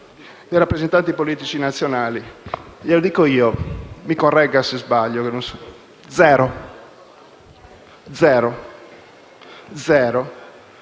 rappresentanti politici nazionali? Glielo dico io, e mi corregga se sbaglio: zero. È per